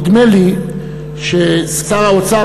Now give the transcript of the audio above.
נדמה לי ששר האוצר,